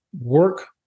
work